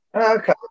Okay